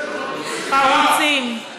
חרוצים,